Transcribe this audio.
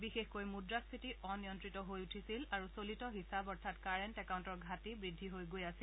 বিশেষকৈ মুদ্ৰাস্ফীতি অনিয়ন্ত্ৰিত হৈ উঠিছিল আৰু চলিত হিচাপ অৰ্থাৎ কাৰেণ্ট একাউণ্টৰ ঘাটি বৃদ্ধি হৈ গৈ আছিল